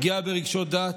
פגיעה ברגשות הדת.